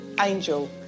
angel